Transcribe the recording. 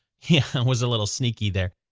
yeah was a little sneaky there.